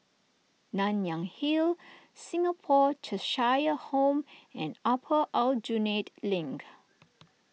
Nanyang Hill Singapore Cheshire Home and Upper Aljunied Link